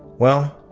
well,